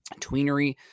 tweenery